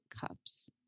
cups